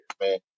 man